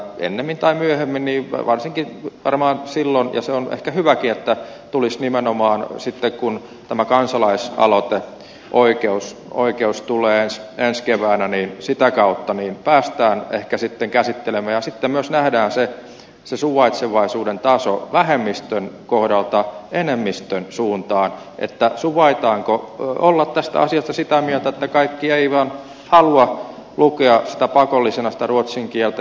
ennemmin tai myöhemmin ja varsinkin varmaan silloin ja se on ehkä hyväkin että nimenomaan sitten kun tämä kansalaisaloiteoikeus tulee ensi keväänä sitä kautta päästään ehkä tätä käsittelemään ja sitten myös nähdään se suvaitsevaisuuden taso vähemmistön kohdalta enemmistön suuntaan suvaitaanko olla tästä asiasta sitä mieltä että kaikki eivät vaan halua lukea pakollisena ruotsin kieltä